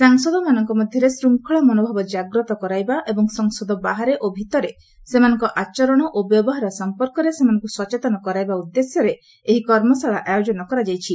ସାଂସଦମାନଙ୍କ ମଧ୍ୟରେ ଶୃଙ୍ଖଳା ମନୋଭାବ କାଗ୍ରତ କରାଇବା ଏବଂ ସଂସଦ ବାହାରେ ଓ ଭିତରେ ସେମାନଙ୍କ ଆଚରଣ ଓ ବ୍ୟବହାର ସମ୍ପର୍କରେ ସେମାନଙ୍କୁ ସଚେତନ କରାଇବା ଉଦ୍ଦେଶ୍ୟରେ ଏହି କର୍ମଶାଳା ଆୟୋଜନ କରାଯାଇଛି